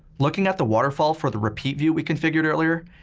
looking at the waterfall for the repeat view we configured earlier,